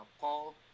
Paul